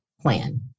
plan